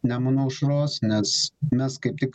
nemuno aušros nes mes kaip tik